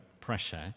pressure